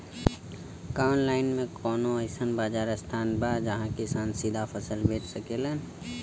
का आनलाइन मे कौनो अइसन बाजार स्थान बा जहाँ किसान सीधा फसल बेच सकेलन?